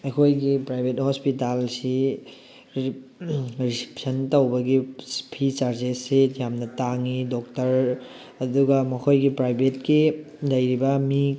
ꯑꯩꯈꯣꯏꯒꯤ ꯄ꯭ꯔꯥꯏꯚꯦꯠ ꯍꯣꯁꯄꯤꯇꯥꯜꯁꯤ ꯔꯤꯁꯤꯞꯁꯟ ꯇꯧꯕꯒꯤ ꯐꯤ ꯆꯥꯔꯖꯦꯁꯁꯤ ꯌꯥꯝꯅ ꯇꯥꯡꯉꯤ ꯗꯣꯛꯇꯔ ꯑꯗꯨꯒ ꯃꯈꯣꯏꯒꯤ ꯄ꯭ꯔꯥꯏꯚꯦꯠꯀꯤ ꯂꯩꯔꯤꯕ ꯃꯤ